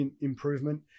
improvement